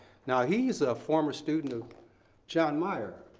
now he's a former student of jon meyer,